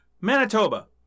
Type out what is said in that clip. Manitoba